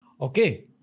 Okay